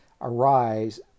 arise